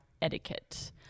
etiquette